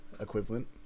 equivalent